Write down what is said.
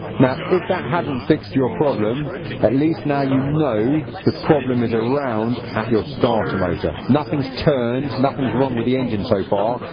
now if that hasn't fixed your problem at least now you know the problem is around at your starter motor. nothing's turned, nothing's wrong with the engine so far.